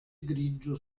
grigio